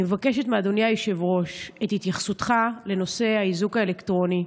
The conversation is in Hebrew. אני מבקשת מאדוני היושב-ראש את התייחסותך לנושא האיזוק האלקטרוני,